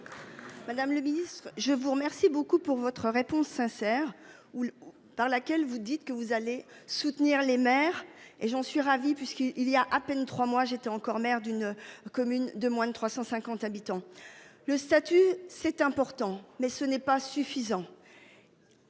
Madame le Ministre, je vous remercie beaucoup pour votre réponse sincère ou par laquelle vous dites que vous allez soutenir les maires et j'en suis ravi, puisqu'il il y a à peine 3 mois j'étais encore maire d'une commune de moins de 350 habitants le statut c'est important mais ce n'est pas suffisant.